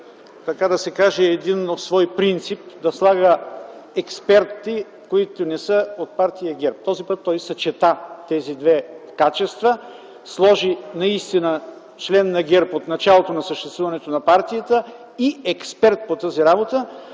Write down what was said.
път наруши един свой принцип – да слага експерти, които не са от партия ГЕРБ. Този път той съчета тези две качества – сложи член на ГЕРБ от началото на съществуването на партията и експерт по тази работа.